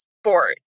sport